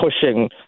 pushing